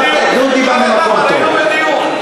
דודי בא ממקום טוב,